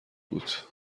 بود